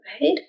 right